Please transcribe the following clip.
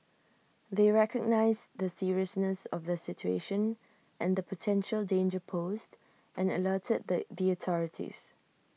they recognised the seriousness of the situation and the potential danger posed and alerted the authorities